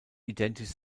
identisch